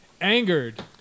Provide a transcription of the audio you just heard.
angered